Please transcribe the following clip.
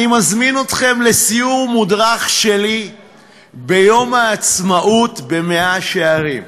אני מזמין אתכם לסיור מודרך שלי ביום העצמאות במאה-שערים.